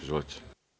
Izvolite.